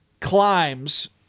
climbs